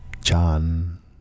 John